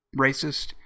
racist